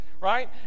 right